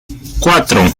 cuatro